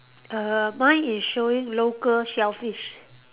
err mine is showing local shellfish